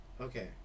okay